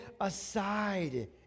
aside